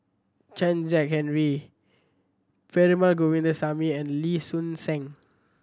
Chen Kezhan Henri Perumal Govindaswamy and Lee Soon Seng